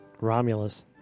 Romulus